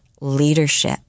leadership